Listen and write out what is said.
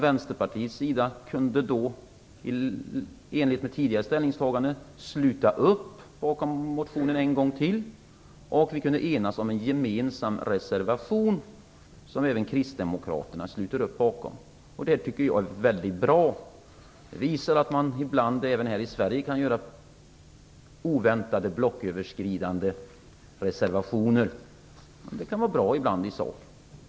Vänsterpartiet kunde då i enlighet med det tidigare ställningstagandet på nytt sluta upp bakom motionen, och vi kunde enas om en gemensam reservation, som även Kristdemokraterna sluter upp bakom. Jag tycker att detta är väldigt bra. Det visar att vi ibland även här i Sverige kan göra oväntade blocköverskridande reservationer, och det kan vara bra ibland i sak.